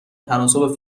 تناسب